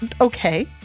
okay